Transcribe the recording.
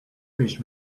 fish